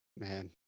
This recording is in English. man